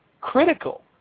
Critical